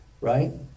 right